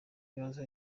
kibazo